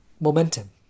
momentum